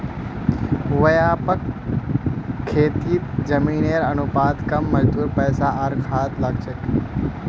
व्यापक खेतीत जमीनेर अनुपात कम मजदूर पैसा आर खाद लाग छेक